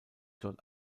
dort